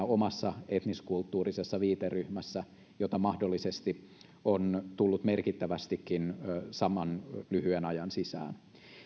omassa etniskulttuurisessa viiteryhmässä jota mahdollisesti on tullut merkittävästikin saman lyhyen ajan sisään